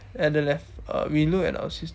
at the left uh we look at our sis